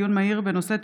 בנושא: